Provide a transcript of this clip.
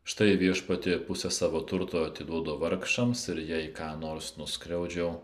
štai viešpatie pusę savo turto atiduodu vargšams ir jei ką nors nuskriaudžiau